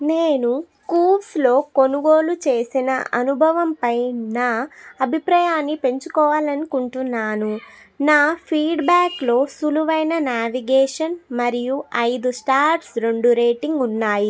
నేను కూవ్స్ లో కొనుగోలు చేసిన అనుభవంపై నా అభిప్రాయాన్ని పెంచుకోవాలనుకుంటున్నాను నా ఫీడ్బ్యాక్లో సులువైన న్యావిగేషన్ మరియు ఐదు స్టార్స్ రొండు రేటింగ్ ఉన్నాయి